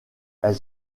elle